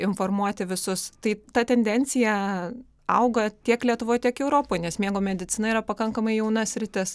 ir informuoti visus tai ta tendencija auga tiek lietuvoj tiek europoj nes miego medicina yra pakankamai jauna sritis